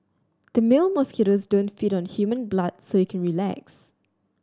the male mosquitoes don't feed on human blood so you can relax